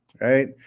right